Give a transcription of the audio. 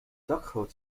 dakgoot